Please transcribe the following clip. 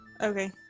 Okay